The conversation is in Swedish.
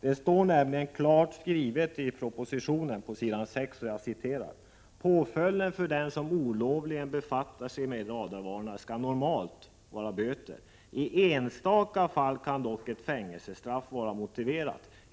Det står nämligen klart skrivet i propositionen på s. 6: ”Påföljden för den som olovligen befattar sig med en radarvarnare bör normalt vara böter. I enstaka fall kan dock ett fängelsestraff vara motiverat.